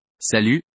Salut